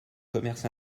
commerce